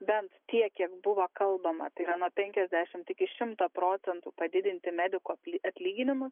bent tiek kiek buvo kalbama tai yra nuo penkiasdešimt iki šimto procentų padidinti medikų atlyginimus